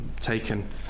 taken